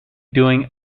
doing